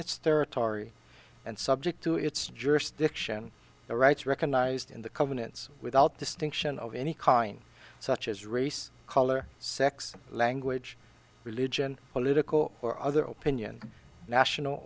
its territory and subject to its jurisdiction the rights recognized in the covenants without distinction of any kind such as race color sex language religion political or other opinion national